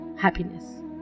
happiness